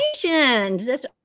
congratulations